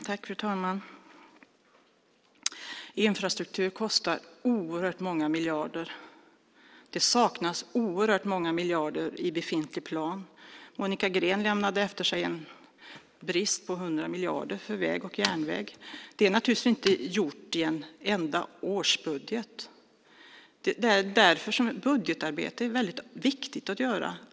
Fru talman! Infrastruktur kostar oerhört många miljarder. Det saknas oerhört många miljarder i befintlig plan. Monica Green lämnade efter sig en brist på 100 miljarder för vägar och järnvägar. Detta är naturligtvis inte gjort i en enda årsbudget. Det är därför som budgetarbete är väldigt viktigt att göra.